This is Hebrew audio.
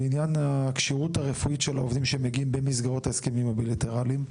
לעניין הכשירות של העובדים שמגיעים במסגרות ההסכמים הבילטרליים?